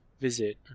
visit